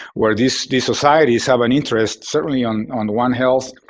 where these these societies have an interest certainly on on one health.